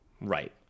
Right